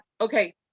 okay